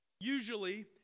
Usually